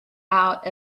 out